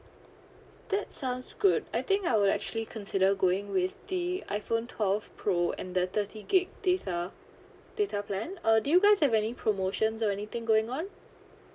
that sounds good I think I would actually consider going with the iphone twelve pro and the thirty gig data data plan uh do you guys have any promotions or anything going on